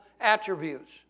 attributes